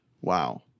wow